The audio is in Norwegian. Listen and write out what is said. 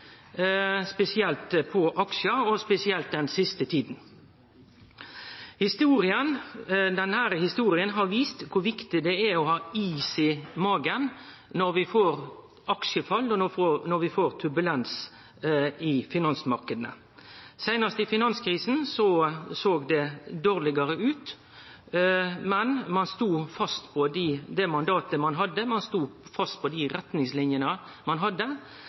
spesielt på aksjar, og spesielt den siste tida. Denne historia har vist kor viktig det er å ha is i magen når vi får aksjefall, og når vi får turbulens i finansmarknadane. Seinast under finanskrisa såg det dårlegare ut, men ein stod fast ved det mandatet ein hadde, ein stod fast på dei retningslinene ein hadde.